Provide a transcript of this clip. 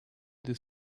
the